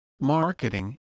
marketing